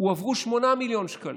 הועברו 8 מיליון שקלים,